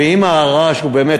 ואם הרעש הוא באמת,